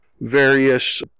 various